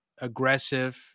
aggressive